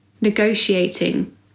negotiating